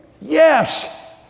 Yes